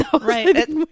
Right